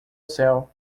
céu